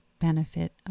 benefit